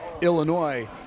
Illinois